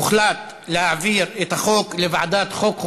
הוחלט להעביר את החוק לוועדת החוקה,